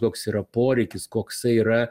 koks yra poreikis koksai yra